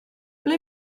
ble